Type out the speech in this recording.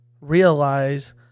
realize